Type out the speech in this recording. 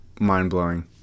mind-blowing